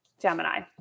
Gemini